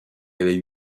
avait